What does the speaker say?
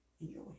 Enjoy